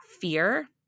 fear